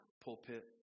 pulpit